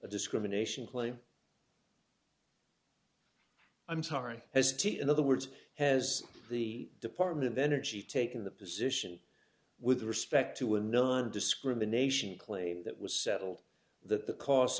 a discrimination claim i'm sorry as to in other words has the department of energy taken the position with respect to a non discrimination claim that was settled that the costs